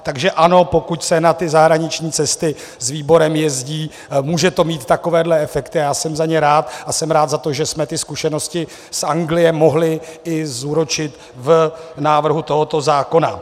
Takže ano, pokud se na zahraniční cesty s výborem jezdí, může to mít takovéhle efekty a já jsem za ně rád a jsem rád za to, že jsme ty zkušenosti z Anglie mohli i zúročit v návrhu tohoto zákona.